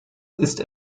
ist